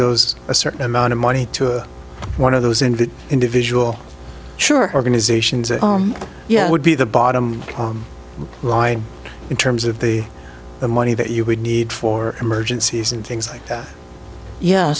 provisos a certain amount of money to one of those in the individual sure organizations yeah it would be the bottom line in terms of the the money that you would need for emergencies and things like that yeah